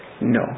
No